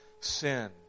sin